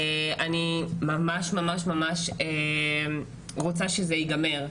אני ממש רוצה שזה ייגמר.